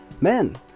Men